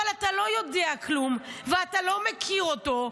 אבל אתה לא יודע כלום ואתה לא מכיר אותו.